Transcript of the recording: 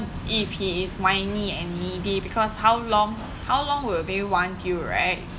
if he is whiny and needy because how long how long will they want you right